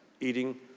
Eating